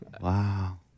Wow